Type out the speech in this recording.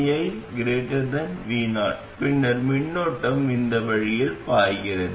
vi vo பின்னர் மின்னோட்டம் இந்த வழியில் பாய்கிறது